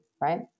right